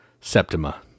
Septima